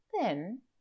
Then